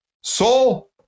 Soul